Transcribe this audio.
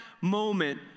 moment